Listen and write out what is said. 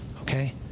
okay